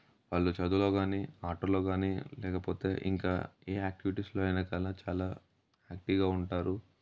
వాళ్ళు చదువులో కానీ ఆటల్లో కానీ లేకపోతే ఇంకా ఏ యాక్టివిటీస్లో అయినా కాలా చాలా యాక్టివ్గా ఉంటారు